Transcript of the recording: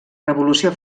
revolució